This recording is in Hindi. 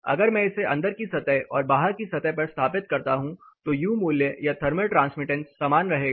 अगर मैं इसे अंदर की सतह और बाहर की सतह पर स्थापित कर रहा हूं तो U मूल्य या थर्मल ट्रांसमिटेंस समान रहेगा